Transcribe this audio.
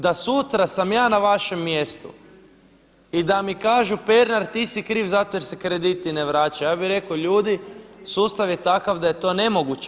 Da sutra sam ja na vašem mjestu i da mi kažu Pernar ti si kriv zato jer se krediti ne vraćaju ja bih rekao ljudi sustav je takav da je to nemoguće.